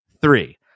Three